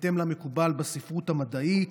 בהתאם למקובל בספרות המדעית,